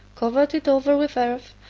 covered it over with earth,